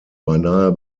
beinahe